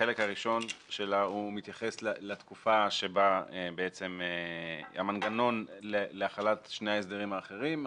החלק הראשון שלה מתייחס לתקופה שבה המנגנון להחלת שני ההסדרים האחרים,